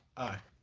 aye.